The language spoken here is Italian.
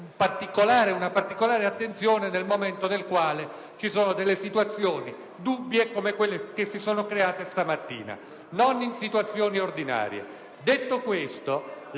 Grazie,